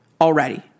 Already